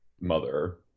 mother